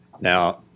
Now